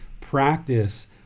practice